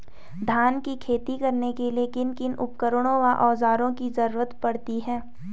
धान की खेती करने के लिए किन किन उपकरणों व औज़ारों की जरूरत पड़ती है?